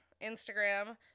Instagram